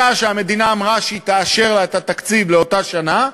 שהמדען הראשי ייתן להן הפעם על-פי התקנות שאושרו באותה שנה,